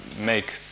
make